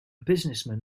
businessman